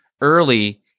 early